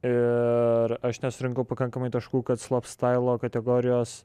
ir aš nesurinkau pakankamai taškų kad slopstailo kategorijos